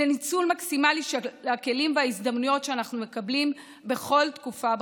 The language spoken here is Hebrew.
לניצול מקסימלי של הכלים וההזדמנויות שאנחנו מקבלים בכל תקופה בחיים.